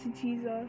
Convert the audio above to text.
Jesus